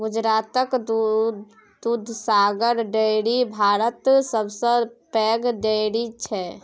गुजरातक दुधसागर डेयरी भारतक सबसँ पैघ डेयरी छै